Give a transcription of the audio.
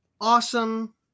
Awesome